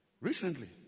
recently